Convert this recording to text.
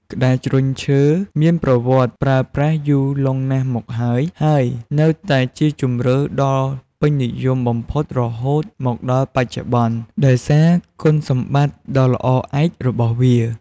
ក្ដារជ្រុញឈើមានប្រវត្តិប្រើប្រាស់យូរលង់ណាស់មកហើយ ហើយនៅតែជាជម្រើសដ៏ពេញនិយមបំផុតរហូតមកដល់បច្ចុប្បន្ន ដោយសារគុណសម្បត្តិដ៏ល្អឯករបស់វា។